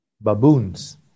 Baboons